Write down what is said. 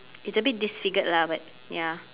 it's a bit disfigured lah but ya